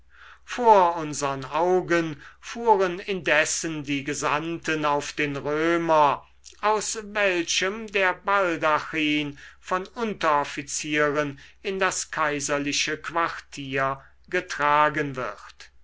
vor unsern augen fuhren indessen die gesandten auf den römer aus welchem der baldachin von unteroffizieren in das kaiserliche quartier getragen wird